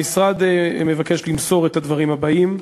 המשרד מבקש למסור את הדברים הבאים: